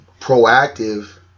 proactive